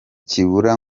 kibura